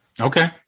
Okay